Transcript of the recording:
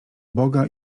boga